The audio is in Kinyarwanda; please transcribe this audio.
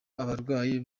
abarwayi